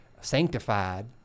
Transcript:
sanctified